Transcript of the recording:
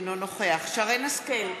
אינו נוכח שרן השכל,